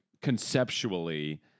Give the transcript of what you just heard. conceptually